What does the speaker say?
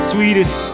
Sweetest